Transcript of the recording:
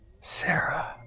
Sarah